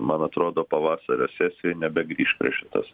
man atrodo pavasario sesijoj nebegrįš prie šitos